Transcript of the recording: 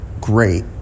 great